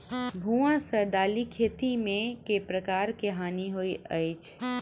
भुआ सँ दालि खेती मे केँ प्रकार केँ हानि होइ अछि?